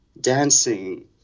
dancing